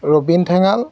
Robin Thengal